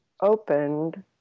opened